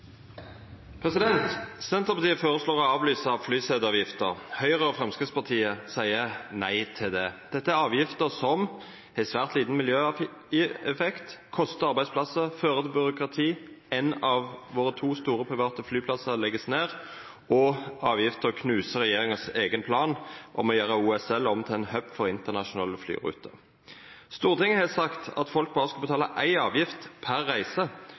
som har svært liten miljøeffekt, kostar arbeidsplassar, fører til byråkrati, ein av våre to store private flyplassar vert lagd ned, og avgifta knuser regjeringas eigen plan om å gjera OSL om til ein hub for internasjonale flyruter. Stortinget har sagt at folk berre skal betala éi avgift per reise